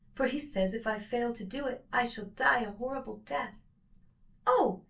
for he says, if i fail to do it, i shall die a horrible death oh,